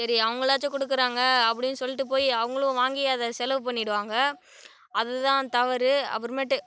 சரி அவங்களாச்சும் கொடுக்குறாங்க அப்படின்னு சொல்லிட்டு போய் அவங்களும் வாங்கி அதை செலவு பண்ணிவிடுவாங்க அதுதான் தவறு அப்புறமேட்டு